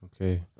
Okay